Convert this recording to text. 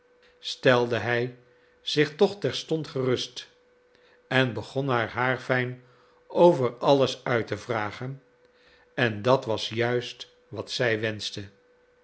stelde hij zich toch terstond gerust en begon haar haarfijn over alles uit te vragen en dat was juist wat zij wenschte